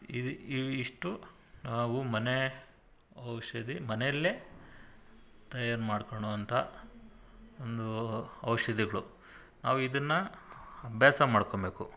ಇದು ಇವಿಷ್ಟು ನಾವು ಮನೆ ಔಷಧಿ ಮನೆಯಲ್ಲೇ ತಯಾರು ಮಾಡ್ಕೊಳೋ ಅಂಥ ಒಂದು ಔಷಧಿಗ್ಳು ನಾವು ಇದನ್ನು ಅಭ್ಯಾಸ ಮಾಡಿಕೊಂಬೇಕು